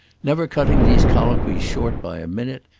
never cutting these colloquies short by a minute,